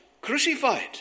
crucified